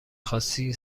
خواستی